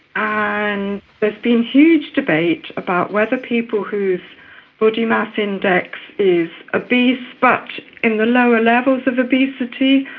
and there's been huge debate about whether people whose body mass index is obese but in the lower levels of obesity,